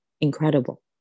incredible